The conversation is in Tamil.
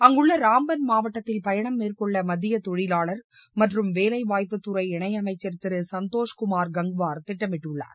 அங்குள்ள ராம்பன் மாவட்டத்தில் பயணம் மேற்கொள்ள மத்திய தொழிவாளர் மற்றும் வேலை வாய்ப்புத்துறை இணையமைச்சர் திரு சந்தோஷ்குமார் கங்குவார் திட்டமிட்டுள்ளார்